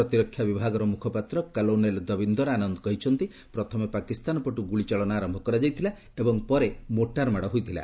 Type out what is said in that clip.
ପ୍ରତିରକ୍ଷା ବିଭାଗର ମୁଖପାତ୍ର କଲୋନେଲ୍ ଦବିନ୍ଦର ଆନନ୍ଦ କହିଛନ୍ତି ପ୍ରଥମେ ପାକିସ୍ତାନ ପଟୁ ଗୁଳି ଚାଳନା ଆରମ୍ଭ କରାଯାଇଥିଲା ଏବଂ ପରେ ମୋର୍ଟାର୍ମାଡ଼ କରାଯାଇଥିଲା